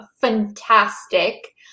fantastic